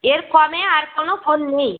এর কমে আর কোনো ফোন নেই